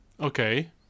Okay